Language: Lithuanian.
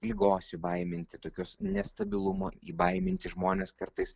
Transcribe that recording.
ligos įbaiminti tokios nestabilumo įbaiminti žmonės kartais